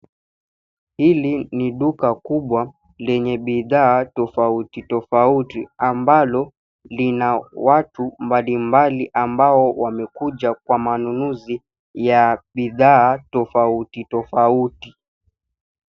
Hili ni duka kubwa lenye bidhaa tofauti tofauti, ambalo lina watu mbali mbali, ambao wamekuja kwa manunuzi ya bidhaa tofauti tofauti.